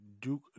Duke